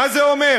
מה זה אומר?